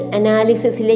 analysis